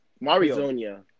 Mario